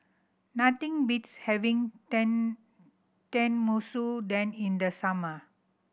nothing beats having Ten Tenmusu Ten in the summer